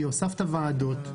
כי הוספת ועדות,